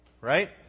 Right